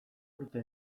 urte